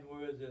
words